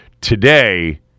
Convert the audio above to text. Today